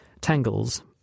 tangles